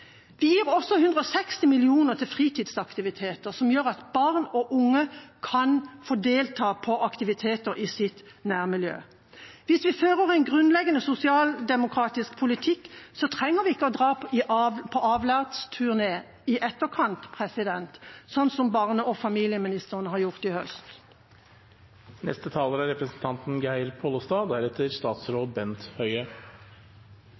Vi gir også 160 mill. kr til fritidsaktiviteter, som gjør at barn og unge kan få delta på aktiviteter i sitt nærmiljø. Hvis vi fører en grunnleggende sosialdemokratisk politikk, trenger vi ikke å dra på avlatsturné i etterkant, sånn som barne- og familieministeren har gjort i høst. Beredskapen i Noreg er